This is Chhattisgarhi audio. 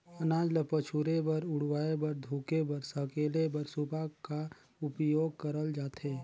अनाज ल पछुरे बर, उड़वाए बर, धुके बर, सकेले बर सूपा का उपियोग करल जाथे